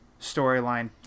storyline